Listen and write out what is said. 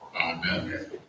Amen